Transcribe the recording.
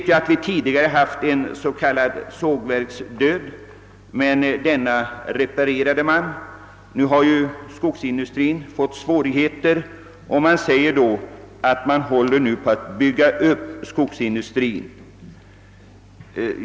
Ja, tidigare hade vi en s.k. sågverksdöd, som vi dock lyckades komma till rätta med. Nu när skogsindustrin har fått svårigheter sägs det att man håller på att bygga upp den industrin.